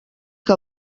que